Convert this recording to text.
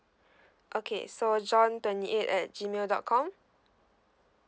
okay so john twenty eight at G mail dot com